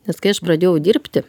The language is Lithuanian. nes kai aš pradėjau dirbti